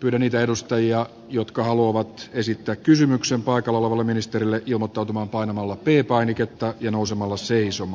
kyllä niitä edustajia jotka haluavat esittää kysymyksen baikal valmistella jo muotoutumaan painamalla tie painiketta ja nousemalla suomessa